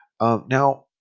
Now